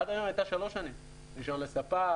עד היום הייתה שלוש שנים רישיון לספק,